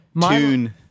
tune